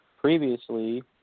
previously